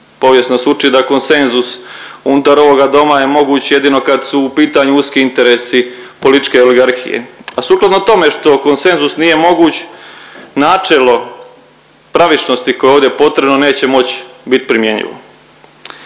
Povijest nas ući da konsenzus unutar ovoga doma je moguć jedino kad su u pitanju uski interesi političke oligarhije, a sukladno tome što konsenzus nije moguć načelo pravičnosti koje je ovdje potrebno neće moć bit primjenjivo.